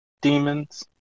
demons